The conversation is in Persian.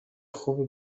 خوبی